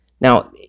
Now